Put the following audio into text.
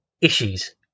issues